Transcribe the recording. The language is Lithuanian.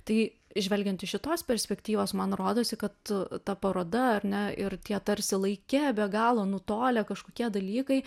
tai žvelgiant iš šitos perspektyvos man rodosi kad ta paroda ar ne ir tie tarsi laike be galo nutolę kažkokie dalykai